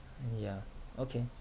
yeah okay